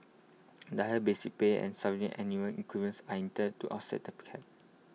the higher basic pay and subsequent annual increments are intended to offset the